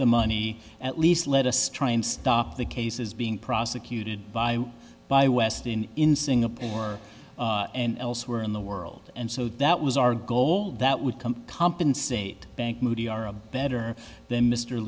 the money at least let us try and stop the cases being prosecuted by by westin in singapore and elsewhere in the world and so that was our goal that would come compensate bank moody are a better than mr